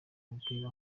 umupira